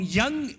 young